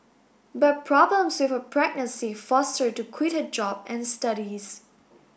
but problems with her pregnancy forced her to quit her job and studies